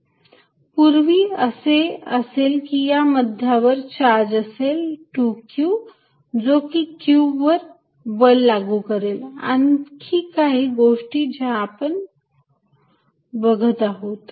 F14π02Qqxxx2 पूर्वी असे असेल की या मध्यभागावर चार्ज असेल 2q जो की q वर बल लागू करेल आणि आणखी काही गोष्टी ज्या आपण बघत आहोत